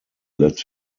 let